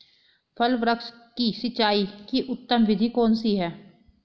फल वृक्ष की सिंचाई की उत्तम विधि कौन सी है?